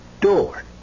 door